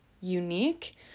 unique